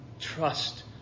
Trust